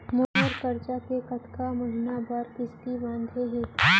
मोर करजा के कतका महीना बर किस्ती बंधाये हे?